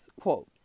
quote